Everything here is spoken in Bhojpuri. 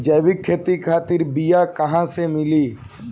जैविक खेती खातिर बीया कहाँसे मिली?